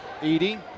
Edie